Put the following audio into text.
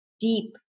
deep